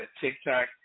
TikTok